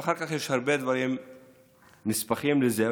ואחר כך יש הרבה דברים נספחים לזה.